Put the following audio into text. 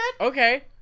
Okay